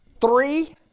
Three